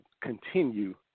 continue